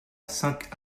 cinq